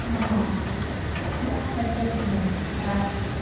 మాకు సరిపోతుంది అండి అలా అయితే